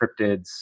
cryptids